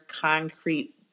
concrete